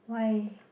why